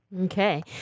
Okay